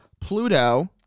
Pluto